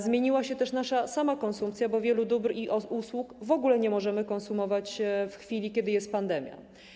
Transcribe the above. Zmieniła się też sama konsumpcja, bo wielu dóbr i usług w ogóle nie możemy konsumować w chwili, kiedy jest pandemia.